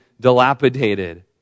dilapidated